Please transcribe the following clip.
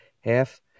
half